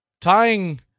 Tying